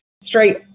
straight